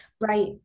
Right